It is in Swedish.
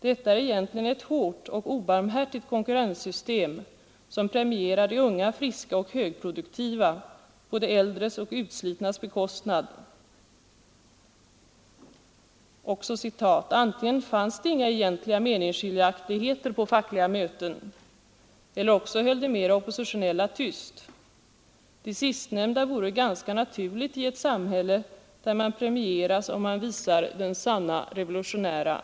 Detta är egentligen ett hårt och obarmhärtigt konkurrenssystem som premierar de unga, friska och högproduktiva på de äldres och utslitnas bekostnad.” ”——— antingen fanns det inga egentliga meningsskiljaktigheter eller också höll de mera oppositionella tyst. Det sistnämnda vore ganska naturligt i ett samhälle där man premieras om «Nr 65 man ER den sanna TevOlU Gör andan.